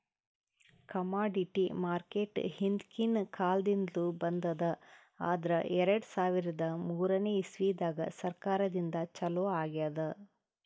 commodity market ಹಿಂದ್ಕಿನ್ ಕಾಲದಿಂದ್ಲು ಬಂದದ್ ಆದ್ರ್ ಎರಡ ಸಾವಿರದ್ ಮೂರನೇ ಇಸ್ವಿದಾಗ್ ಸರ್ಕಾರದಿಂದ ಛಲೋ ಆಗ್ಯಾದ್